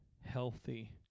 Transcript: healthy